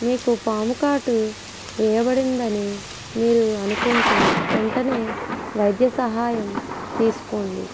మీకు పాము కాటు వేయబడిందని మీరు అనుకుంటే వెంటనే వైద్య సహాయం తీసుకోండి